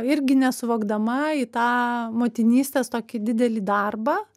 irgi nesuvokdama į tą motinystės tokį didelį darbą